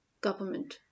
government